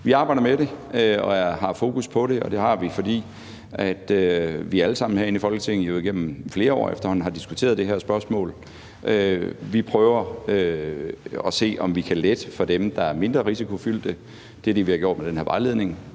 Vi arbejder med det og har fokus på det, og det har vi, fordi vi alle sammen herinde i Folketinget igennem flere år efterhånden har diskuteret det her spørgsmål. Vi prøver at se, om vi kan lette det for dem, der er mindre risikofyldte. Det er det, vi har gjort med den her vejledning.